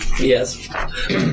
Yes